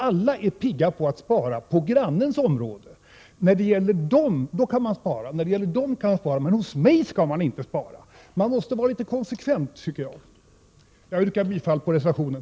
Alla är pigga på att spara på grannens område: När det gäller dem kan vi spara men hos mig skall vi inte spara. Men vi måste vara litet konsekventa här. Jag yrkar bifall till reservationen.